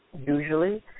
usually